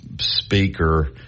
speaker